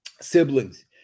siblings